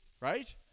right